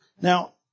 Now